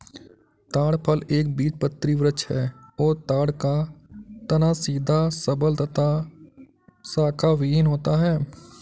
ताड़ फल एक बीजपत्री वृक्ष है और ताड़ का तना सीधा सबल तथा शाखाविहिन होता है